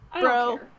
Bro